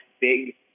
big